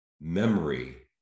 memory